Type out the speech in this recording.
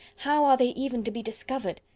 how are they even to be discovered?